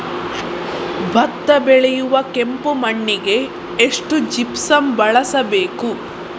ಭತ್ತ ಬೆಳೆಯುವ ಕೆಂಪು ಮಣ್ಣಿಗೆ ಎಷ್ಟು ಜಿಪ್ಸಮ್ ಬಳಸಬೇಕು?